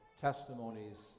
testimonies